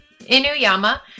Inuyama